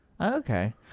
Okay